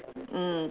mm